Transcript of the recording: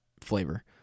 flavor